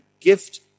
gift